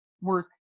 work